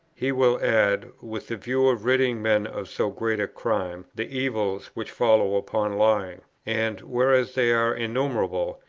he will add, with the view of ridding men of so great a crime, the evils which follow upon lying and, whereas they are innumerable,